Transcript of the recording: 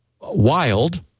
wild